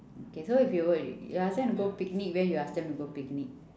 okay so if you we~ you ask them to go picnic where you ask them to go picnic